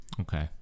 okay